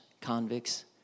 convicts